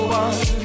one